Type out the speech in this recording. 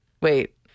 Wait